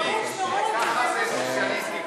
ככה זה סוציאליסטים,